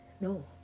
no